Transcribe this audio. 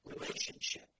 relationship